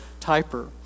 typer